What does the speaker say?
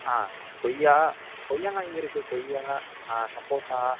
ஆ கொய்யா கொய்யாவெலாம் எங்கே இருக்குது கொய்யா சப்போட்டா